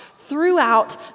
throughout